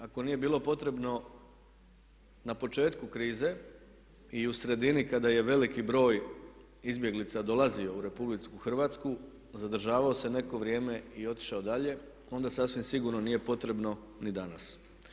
Ako nije bilo potrebno na početku krize i u sredini kada je veliki broj izbjeglica dolazio u Republiku Hrvatsku, zadržavao se neko vrijeme i otišao dalje, onda sasvim sigurno nije potrebno ni danas.